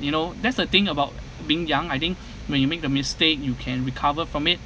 you know that's the thing about being young I think when you make the mistake you can recover from it